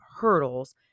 hurdles